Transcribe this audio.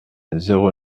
zéro